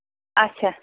اَچھا